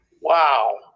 Wow